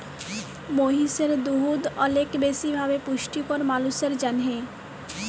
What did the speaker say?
মহিষের দুহুদ অলেক বেশি ভাবে পুষ্টিকর মালুসের জ্যনহে